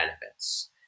benefits